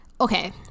okay